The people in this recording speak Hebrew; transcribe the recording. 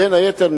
בין היתר,